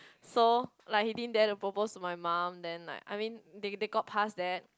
so like he didn't dare to propose to my mum then like I mean they they got past that